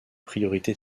priorités